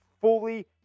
fully